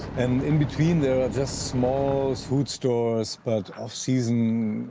and in between there are just small food stores, but off season,